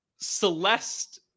Celeste